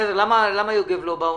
גרדוס למה הוא לא בא?